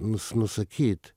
nus nusakyt